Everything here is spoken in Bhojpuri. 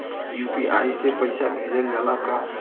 यू.पी.आई से पईसा भेजल जाला का?